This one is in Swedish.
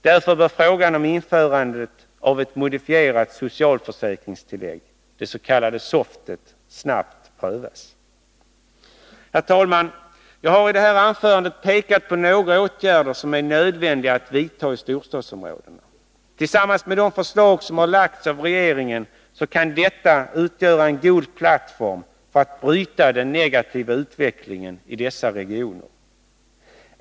Därför bör frågan om införande av ett modifierat socialförsäkringstillägg, SOFT, snabbt prövas. Herr talman! Jag har i det här anförandet pekat på några åtgärder som är nödvändiga att vidta i storstadsområdena. Tillsammans med de förslag som lagts fram av regeringen kan dessa utgöra en god plattform för att bryta den negativa utvecklingen i dessa regioner.